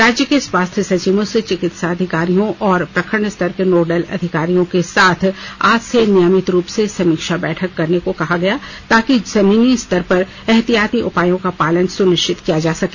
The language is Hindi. राज्य के स्वास्थ्य सचिवों से चिकित्सा अधिकारियों और प्रखंड स्तर के नोडल अधिकारियों के साथ आज से नियमित रूप से समीक्षा बैठक करने को कहा गया ताकि जमीनी स्तर पर एहतियाती उपायों का पालन सुनिश्चित किया जा सके